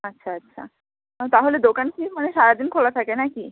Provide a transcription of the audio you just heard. আচ্ছা আচ্ছা তাহলে দোকান কি মানে সারা দিন খোলা থাকে নাকি